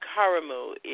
Karamu